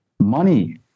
Money